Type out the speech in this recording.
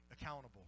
accountable